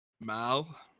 Mal